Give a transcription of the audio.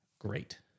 great